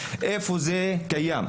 -- משפט לסיכום,